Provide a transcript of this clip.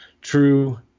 true